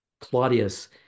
Claudius